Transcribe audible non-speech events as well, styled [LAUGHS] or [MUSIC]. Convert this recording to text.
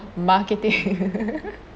marketing [LAUGHS]